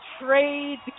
trade